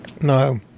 No